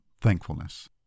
thankfulness